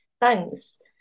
Thanks